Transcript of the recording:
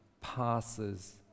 passes